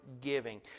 giving